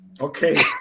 okay